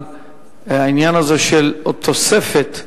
בוועדת החוקה, חוק ומשפט.